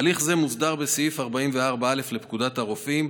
הליך זה מוסדר בסעיף 44א לפקודת הרופאים,